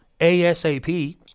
ASAP